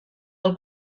del